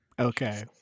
Okay